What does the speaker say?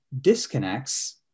disconnects